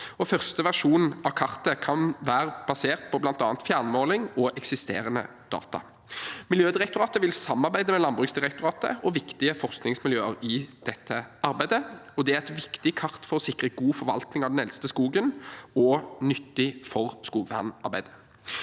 første versjon av kartet kan være basert på bl.a. fjernmåling og eksisterende data. Miljødirektoratet vil samarbeide med Landbruksdirektoratet og viktige forskningsmiljøer i dette arbeidet. Det er et viktig kart for å sikre god forvaltning av den eldste skogen, og nyttig for skogvernarbeidet.